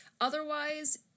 Otherwise